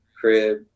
crib